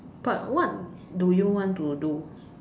but what do you want to do